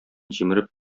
җимереп